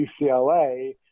UCLA